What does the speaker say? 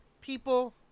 people